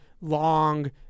long